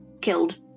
killed